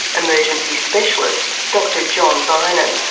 emergency specialist dr john vinen.